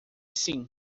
sim